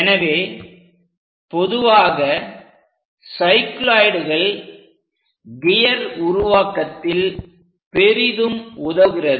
எனவே பொதுவாக சைக்ளோயிடுகள் கியர் உருவாக்கத்தில் பெரிதும் உதவுகிறது